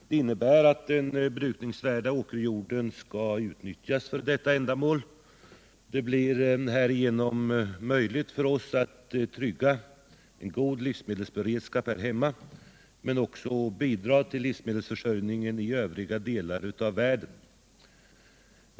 Det innebär att den brukningsvärda åkerjorden skall utnyttjas för detta ändamål. Det blir härigenom möjligt för oss att trygga en god livsmedelsberedskap här hemma, men också att bidra till livsmedelsförsörjningen i övriga delar av världen.